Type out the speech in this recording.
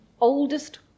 oldest